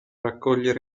raccogliere